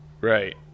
Right